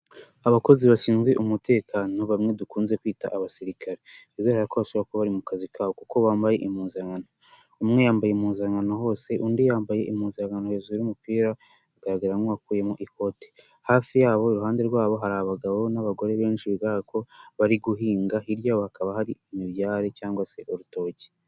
Abakozi bashinzwe umutekano bamwe dukunze kwita abasirikare bigaragara ko bashobora kuba bari mu kazi kabo kuko bambaye impuzankano. Umwe yambaye impuzankano hose undi yambaye impunzankano hejuru y'umupira agaragara nk'uwakuyemo ikoti hafi yabo iruhande rwabo hari abagabo n'abagore benshi bigaragara ko bari guhinga hirya yabo hakaba hari imibyare cyangwa se urutoki.